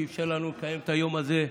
שאפשר לנו לקיים את היום הזה,